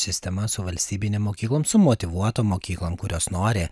sistema su valstybinėm mokyklom su motyvuotom mokyklom kurios nori